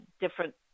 different